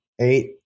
eight